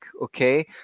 okay